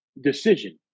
decision